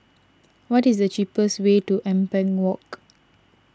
what is the cheapest way to Ampang Walk